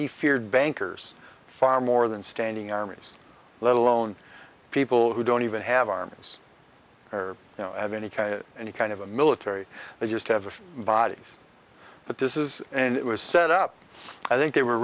he feared bankers far more than standing armies let alone people who don't even have armies or know of any any kind of a military they just have a few bodies but this is and it was set up i think they were